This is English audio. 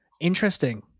Interesting